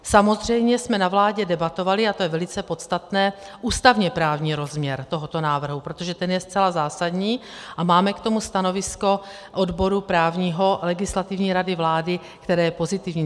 Samozřejmě jsme na vládě debatovali, a to je velice podstatné, ústavněprávní rozměr tohoto návrhu, protože ten je zcela zásadní, a máme k tomu stanovisko odboru právního Legislativní rady vlády, které je pozitivní.